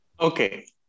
Okay